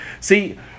See